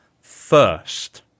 first